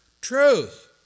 truth